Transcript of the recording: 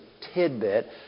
tidbit